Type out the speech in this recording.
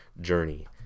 journey